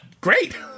great